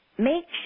Make